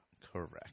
Correct